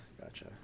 Gotcha